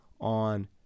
on